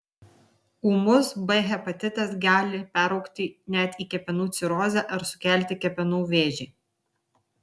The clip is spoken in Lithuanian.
ūmus b hepatitas gali peraugti net į kepenų cirozę ar sukelti kepenų vėžį